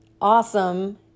awesome